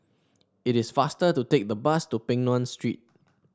it is faster to take the bus to Peng Nguan Street